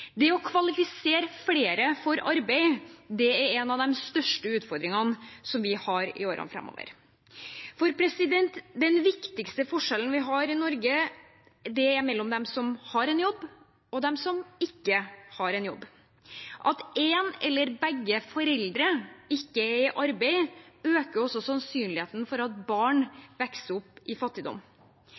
Det å kvalifisere flere for arbeid er en av de største utfordringene vi har i årene framover, for den viktigste forskjellen i Norge er mellom dem som har en jobb, og dem som ikke har en jobb. At en forelder eller begge ikke er i arbeid, øker også sannsynligheten for at barn vokser opp i fattigdom.